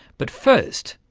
but first,